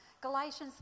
Galatians